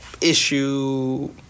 issue